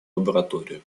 лабораторию